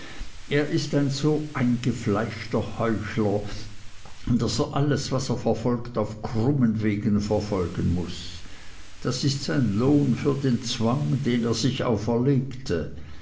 er ist ein so eingefleischter heuchler daß er alles was er verfolgt auf krummen wegen verfolgen muß das ist sein lohn für den zwang den er sich auferlegt